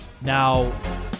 Now